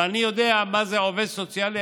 ואני יודע מה זה עובד סוציאלי,